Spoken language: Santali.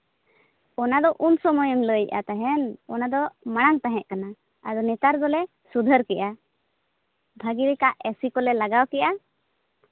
ᱚᱱᱟᱫᱚ ᱩᱱ ᱥᱚᱢᱚᱭᱮᱢ ᱞᱟᱹᱭᱮᱫᱼᱟ ᱛᱟᱦᱮᱸᱫ ᱚᱱᱟ ᱫᱚ ᱢᱟᱲᱟᱝ ᱛᱟᱦᱮᱸ ᱠᱟᱱᱟ ᱟᱫᱚ ᱱᱮᱛᱟᱨ ᱫᱚᱞᱮ ᱥᱩᱫᱷᱟᱹᱨ ᱠᱮᱫᱟ ᱵᱷᱟᱜᱮ ᱞᱮᱠᱟ ᱮᱥᱤ ᱠᱚᱞᱮ ᱞᱟᱜᱟᱣ ᱠᱮᱫᱟ